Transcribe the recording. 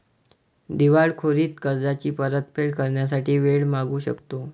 दिवाळखोरीत कर्जाची परतफेड करण्यासाठी वेळ मागू शकतो